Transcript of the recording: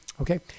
Okay